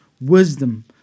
Wisdom